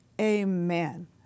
Amen